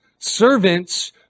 servants